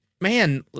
man